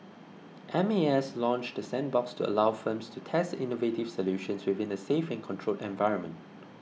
M A S launched the sandbox to allow firms to test innovative solutions within a safe and controlled environment